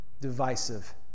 divisive